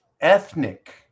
ethnic